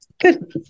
Good